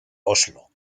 oslo